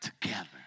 together